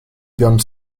beyond